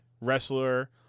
wrestler